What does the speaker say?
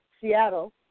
Seattle